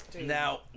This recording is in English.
Now